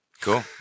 Cool